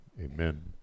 amen